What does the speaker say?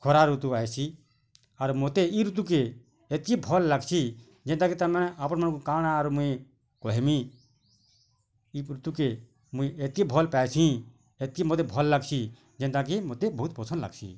ଖରା ଋତୁ ଆଇସି ଆର୍ ମୋତେ ଇ ଋତୁ କେ ଏତିକି ଭଲ ଲାଗ୍ସି ଯେନ୍ତା ତାର୍ ମାନେ ଆପଣମାନଙ୍କୁ କାଁଣା ଆର ମୁଇଁ କହେମି ତୁକେ ମୁଇଁ ଏତିକି ଭଲ ପାଏସି ଏତିକି ମୋତେ ଭଲ ଲାଗ୍ସି ଯେନ୍ତା କି ମୋତେ ବହୁତ୍ ପସନ୍ଦ୍ ଲାଗ୍ସି